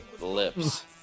lips